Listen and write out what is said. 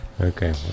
Okay